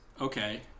Okay